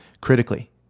critically